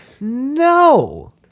No